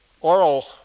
Oral